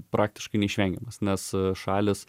praktiškai neišvengiamas nes šalys